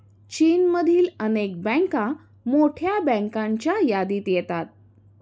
चीनमधील अनेक बँका मोठ्या बँकांच्या यादीत येतात